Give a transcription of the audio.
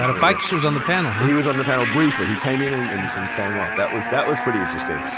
but like so was on the panel, huh? he was on the panel briefly. he came in and came off, that was that was pretty interesting.